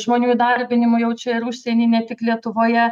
žmonių įdarbinimu jau čia ir užsieny ne tik lietuvoje